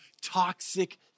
toxic